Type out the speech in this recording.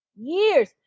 years